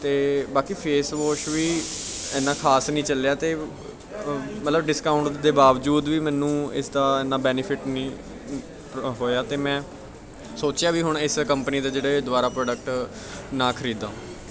ਅਤੇ ਬਾਕੀ face wash ਵੀ ਇੰਨਾ ਖ਼ਾਸ ਨਹੀਂ ਚੱਲਿਆ ਅਤੇ ਅ ਮਤਲਬ ਡਿਸਕਾਊਂਟ ਦੇ ਬਾਵਜੂਦ ਵੀ ਮੈਨੂੰ ਇਸ ਦਾ ਇੰਨਾ ਬੈਨੀਫਿਟ ਨਹੀਂ ਅ ਹੋਇਆ ਅਤੇ ਮੈਂ ਸੋਚਿਆ ਵੀ ਹੁਣ ਇਸ ਕੰਪਨੀ ਦਾ ਜਿਹੜੇ ਦੁਬਾਰਾ ਪ੍ਰੋਡਕਟ ਨਾ ਖਰੀਦਾ